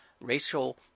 racial